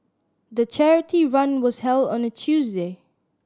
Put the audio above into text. the charity run was held on a Tuesday